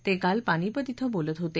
ते काल पानिपत इथं बोलत होते